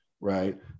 right